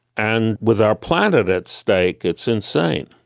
and with our planet at stake, it's insane.